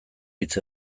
hitz